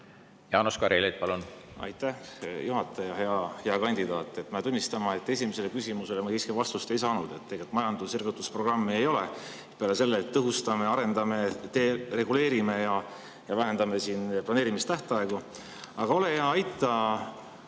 Jaanus Karilaid, palun! Aitäh, juhataja! Hea kandidaat! Pean tunnistama, et esimesele küsimusele ma siiski vastust ei saanud. Majanduse ergutusprogrammi ei ole, peale selle, et tõhustame, arendame, reguleerime ja lühendame planeerimistähtaegu. Aga ole hea, aita